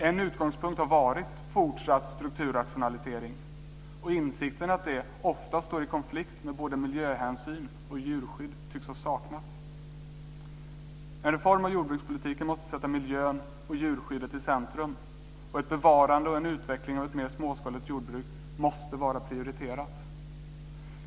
En utgångspunkt har varit fortsatt strukturrationalisering, och insikten om att en sådan ofta står i konflikt med både miljöhänsyn och djurskydd tycks ha saknats. En reform av jordbrukspolitiken måste sätta miljön och djurskyddet i centrum, och ett bevarande och en utveckling av ett mer småskaligt jordbruk måste prioriteras.